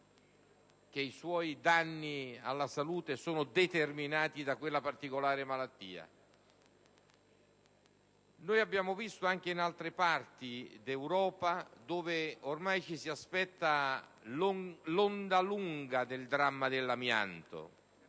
che i danni alla sua salute sono determinati da quella particolare malattia. Abbiamo visto anche altre parti d'Europa dove ci si aspetta l'onda lunga del dramma dell'amianto,